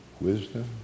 wisdom